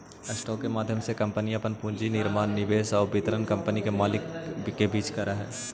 stock के माध्यम से कंपनी अपन पूंजी के निर्माण निवेश आउ वितरण कंपनी के मालिक के बीच करऽ हइ